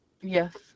Yes